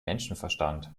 menschenverstand